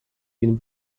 been